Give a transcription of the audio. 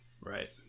right